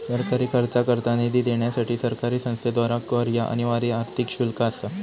सरकारी खर्चाकरता निधी देण्यासाठी सरकारी संस्थेद्वारा कर ह्या अनिवार्य आर्थिक शुल्क असा